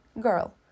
girl